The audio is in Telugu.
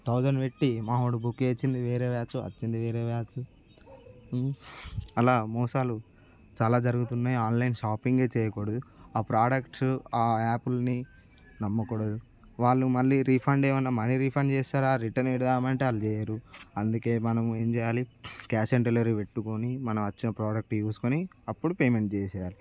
థౌజండ్ పెట్టి మావాడు బుక్ చేసింది మావాడు వేరే వాచ్ వచ్చింది వేరే వాచ్ అలా మోసాలు చాలా జరుగుతున్నాయి ఆన్లైన్ షాపింగే చేయకూడదు ఆ ప్రొడక్ట్స్ ఆ యాప్లని నమ్మకూడదు వాళ్ళు మళ్ళీ రీఫండ్ ఏమన్నా మనీ రీఫండ్ చేస్తారా రిటర్న్ పెడదామా అంటే వాళ్ళు చెయ్యరు అందుకే మనం ఏం చేయాలి క్యాష్ ఆన్ డెలివరీ పెట్టుకొని మనం ఆ వచ్చిన ప్రొడక్ట్ చూసుకొని అప్పుడు పేమెంట్ చేసేయాలి